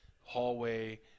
hallway